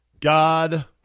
God